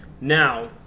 Now